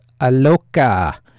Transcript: Aloka